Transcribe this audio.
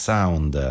Sound